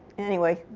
anyway,